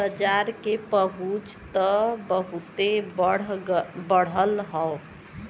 बाजार के पहुंच त बहुते बढ़ल हौ